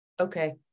Okay